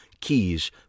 keys